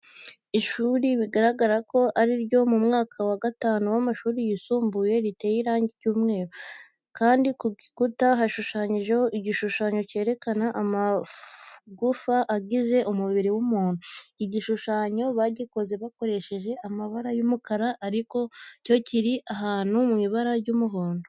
Ishuri bigaragara ko ari iryo mu mwaka wa gatanu w'amashuri yisumbuye riteye irangi ry'umweru, kandi ku gikuta hashushanyijeho igishushanyo cyerekana amagufa agize umubiri w'umuntu. Iki gishushanyo bagikoze bakoresheje ibara ry'umukara ariko cyo kiri ahantu mu ibara ry'umuhondo.